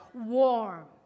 warm